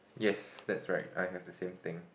yes that's right I have the same thing